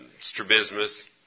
strabismus